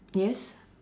yes